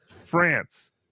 France